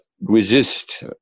resist